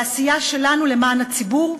בעשייה שלנו למען הציבור,